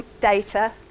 data